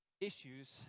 Issues